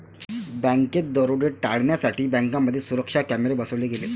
बँकात दरोडे टाळण्यासाठी बँकांमध्ये सुरक्षा कॅमेरे बसवले गेले